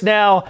now